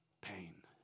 pain